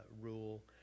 rule